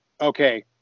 okay